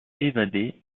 évader